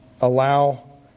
allow